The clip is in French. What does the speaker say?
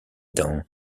dents